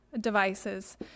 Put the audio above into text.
devices